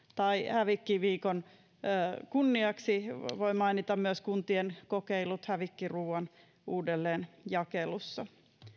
hävikkiviikon kunniaksi voi mainita myös kuntien kokeilut hävikkiruoan uudelleenjakelussa